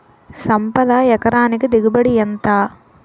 సంపద ఎకరానికి దిగుబడి ఎంత?